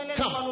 come